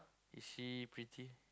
is she pretty